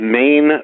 main